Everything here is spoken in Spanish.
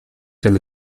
del